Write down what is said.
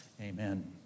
Amen